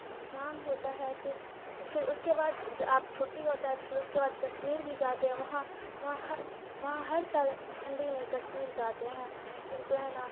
پھر کام ہوتا ہے پھر پھر اس کے بعد آپ چھٹی ہوتا ہے تو پھر اس کے بعد کشمیر بھی جاتے ہیں وہاں وہاں ہر وہاں ہر سال ٹھنڈی میں کشمیر جاتے ہیں پھر جو ہے نا